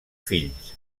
fills